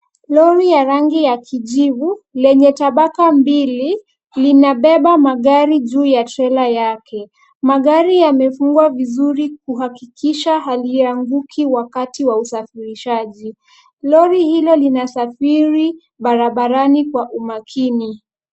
Lori ya rangi ya kijivu, lenye tabaka mbili, linabeba magari juu ya trela yake. Magari yemefungwa vizuri kuhakikisha halianguki wakati wa usafirishaji. Lori hii linasafiri barabarani kwa umakini.